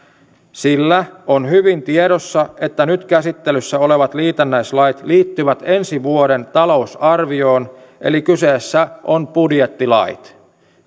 sillä on hyvin tiedossa että nyt käsittelyssä olevat liitännäislait liittyvät ensi vuoden talousarvioon eli kyseessä ovat budjettilait